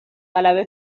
غلبه